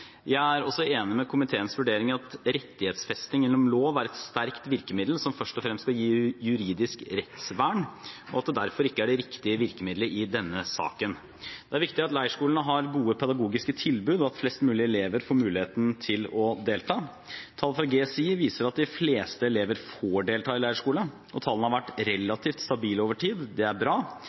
Jeg er også enig i komiteens vurdering om at rettighetsfesting gjennom lov er et sterkt virkemiddel som først og fremst skal gi juridisk rettsvern, og at det derfor ikke er det riktige virkemiddelet i denne saken. Det er viktig at leirskolene har gode pedagogiske tilbud, og at flest mulig elever får muligheten til å delta. Tall fra GSI viser at de fleste elever får delta på leirskole, og tallene har vært relativt stabile over tid. Det er bra.